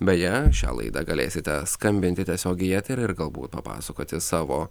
beje šią laidą galėsite skambinti tiesiogiai į eterį ir galbūt papasakoti savo